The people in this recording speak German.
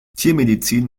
tiermedizin